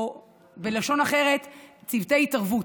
או בלשון אחרת: צוותי התערבות.